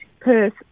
Perth